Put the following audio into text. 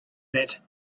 that